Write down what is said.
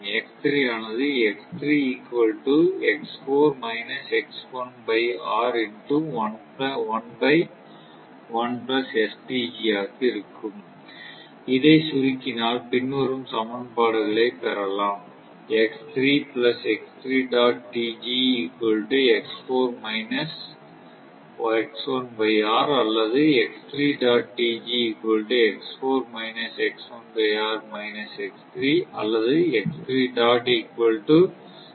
ஆனது ஆக இருக்கும் இதை சுருக்கினால் பின்வரும் சமன்பாடுகளை பெறலாம் அல்லது அல்லது